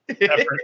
effort